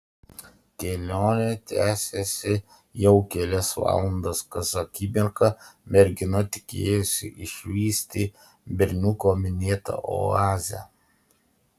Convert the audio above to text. kelionė tęsėsi jau kelias valandas kas akimirką mergina tikėjosi išvysti berniuko minėtą oazę